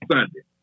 Sunday